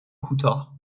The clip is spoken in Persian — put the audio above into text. کوتاه